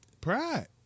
Pride